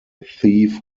thief